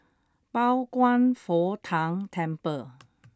Pao Kwan Foh Tang Temple